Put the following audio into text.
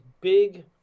big